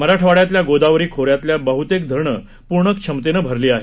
मराठवाङ्यातल्या गोदावरी खोऱ्यातली बहतेक धरणं पूर्ण क्षमतेनं भरली आहेत